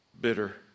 bitter